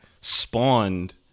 spawned